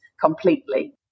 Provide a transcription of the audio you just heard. completely